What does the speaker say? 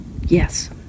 Yes